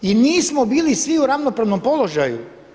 I nismo bili svi u ravnopravnom položaju.